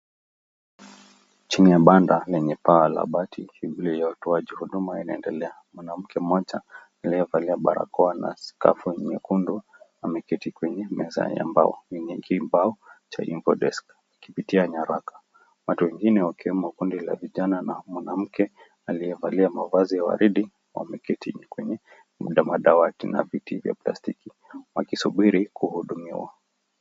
Chini ya banda lenye paa la bati , shughuli ya utoaji huduma inaendelea. Mwanamke mmoja aliyevalia barakoa na skafu nyekundu ameketi kwenye meza ya mbao yenye bao chenye info desk akipitia nyaraka .Watu wengine wakiwemo kundi la vijana na mwanamke aliyevalia mavazi ya waridi wameketi kwenye madawati na viti vya plastiki wakisubiri kuhudumiwa.